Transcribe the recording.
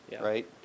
right